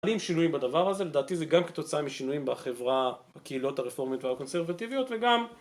שינויים בדבר הזה לדעתי זה גם כתוצאה משינויים בחברה הקהילות הרפורמית והקונסרבטיביות וגם